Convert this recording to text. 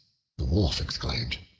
the wolf exclaimed,